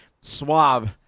swab